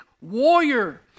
warrior